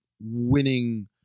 winning